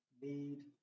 need